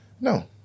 No